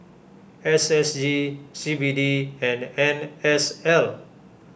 S S G C B D and N S L